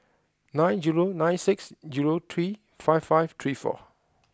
nine zero nine six zero three five five three four